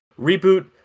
reboot